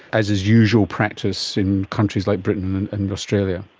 as is usual practice in countries like britain and australia.